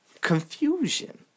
Confusion